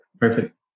Perfect